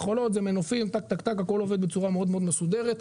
מכולות זה מנופים הכול עובד בצורה מסודרת מאוד.